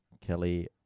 Kelly